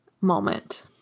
moment